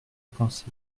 penser